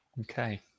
Okay